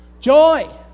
joy